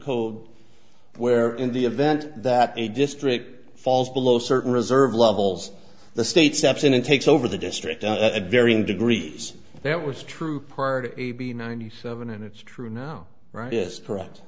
code where in the event that a district falls below certain reserve levels the state steps in and takes over the district at varying degrees that was true part of a b ninety seven and it's true now rightist curre